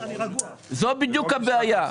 זו בדיוק הבעיה,